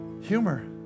Humor